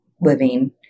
living